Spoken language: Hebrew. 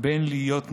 בין להיות נחמד,